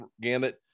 gamut